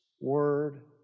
word